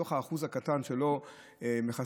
מתוך האחוז הקטן שלא מחסן,